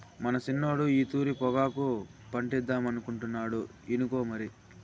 మన సిన్నోడు ఈ తూరి పొగాకు పంటేద్దామనుకుంటాండు ఇనుకో మరి